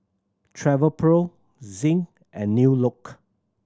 Travelpro Zinc and New Look